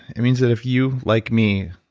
it means that if you, like me,